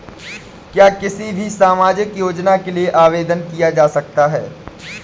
क्या किसी भी सामाजिक योजना के लिए आवेदन किया जा सकता है?